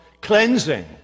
cleansing